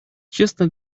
честно